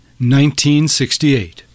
1968